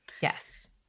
Yes